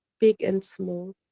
big and small,